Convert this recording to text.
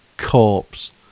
corpse